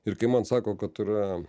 ir kai man sako kad yra